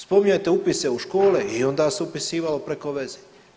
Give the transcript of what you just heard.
Spominjete upise u škole i onda se upisivalo preko veze.